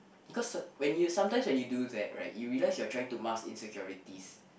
because when you sometimes when you do that right you realize you are trying to mask insecurities